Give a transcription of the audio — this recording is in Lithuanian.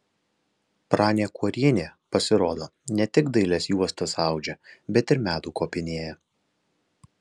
pranė kuorienė pasirodo ne tik dailias juostas audžia bet ir medų kopinėja